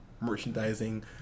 merchandising